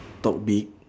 talk big